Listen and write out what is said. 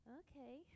okay